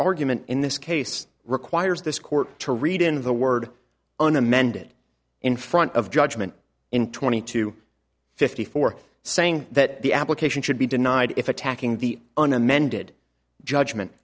argument in this case requires this court to read in the word an amended in front of judgment in twenty two fifty four saying that the application should be denied if attacking the an amended